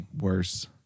worse